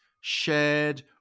shared